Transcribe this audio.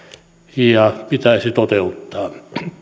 ja pitäisi toteuttaa